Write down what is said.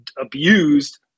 abused